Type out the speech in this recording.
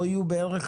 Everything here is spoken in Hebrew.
פה יהיו בערך,